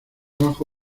bajo